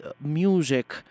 music